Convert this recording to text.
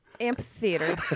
Amphitheater